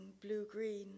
blue-green